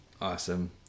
Awesome